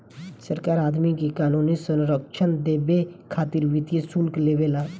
सरकार आदमी के क़ानूनी संरक्षण देबे खातिर वित्तीय शुल्क लेवे ला